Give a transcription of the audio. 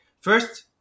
First